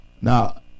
Now